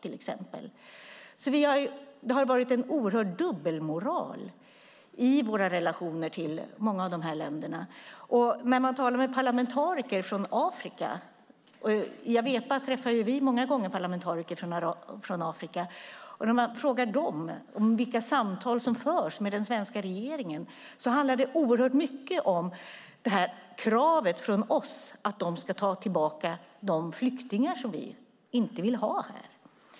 Det har alltså varit en oerhörd dubbelmoral i våra relationer till många av dessa länder. När man talar med parlamentariker från Afrika - i Awepa träffar vi många gånger parlamentariker från Afrika - och frågar dem vilka samtal som förs med den svenska regeringen handlar det oerhört mycket om kravet från oss att de ska ta tillbaka de flyktingar som vi inte vill ha här.